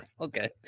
Okay